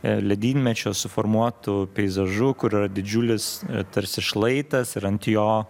ledynmečio suformuotu peizažu kur yra didžiulis tarsi šlaitas ir ant jo